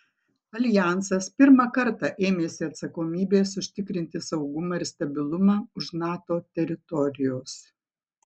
aljansas pirmą kartą ėmėsi atsakomybės užtikrinti saugumą ir stabilumą už nato teritorijos